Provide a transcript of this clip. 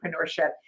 entrepreneurship